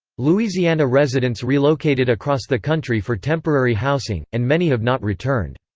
louisiana residents relocated across the country for temporary housing, and many have not returned.